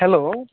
hello